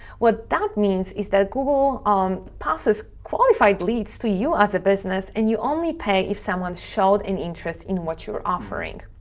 what that means is that google um passes qualified leads to you as a business and you only pay if someone showed an interest in what you're offering.